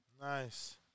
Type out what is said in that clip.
Nice